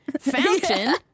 Fountain